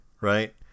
right